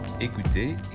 Écoutez